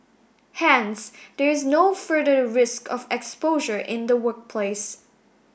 hence there is no further risk of exposure in the workplace